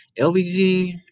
LBG